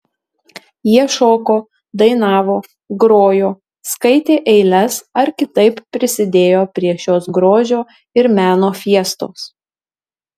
jie šoko dainavo grojo skaitė eiles ar kitaip prisidėjo prie šios grožio ir meno fiestos